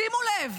שימו לב: